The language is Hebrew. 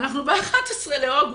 אנחנו ב-11 באוגוסט.